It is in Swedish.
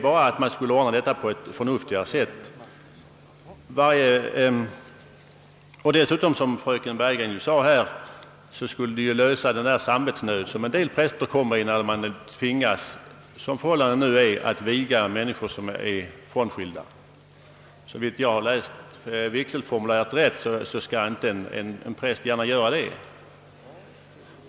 Motionsförslaget skulle — så som fröken Bergegren nämnde — lösa frågan om den samvetsnöd som en del präster känner när de nu tvingas viga frånskilda. Såvitt jag har läst vigselformuläret rätt skall inte en präst gärna göra det.